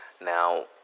Now